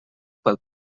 pel